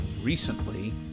recently